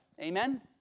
Amen